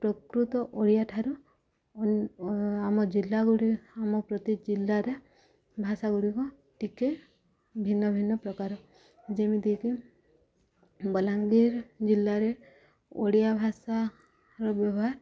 ପ୍ରକୃତ ଓଡ଼ିଆ ଠାରୁ ଆମ ଜିଲ୍ଲା ଗୁଡ଼ିକ ଆମ ପ୍ରତି ଜିଲ୍ଲାରେ ଭାଷା ଗୁଡ଼ିକ ଟିକେ ଭିନ୍ନ ଭିନ୍ନ ପ୍ରକାର ଯେମିତିକି ବଲାଙ୍ଗୀର ଜିଲ୍ଲାରେ ଓଡ଼ିଆ ଭାଷାର ବ୍ୟବହାର